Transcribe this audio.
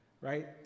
right